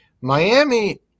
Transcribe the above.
Miami